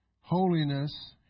Holiness